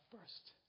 first